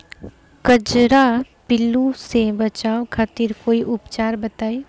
कजरा पिल्लू से बचाव खातिर कोई उपचार बताई?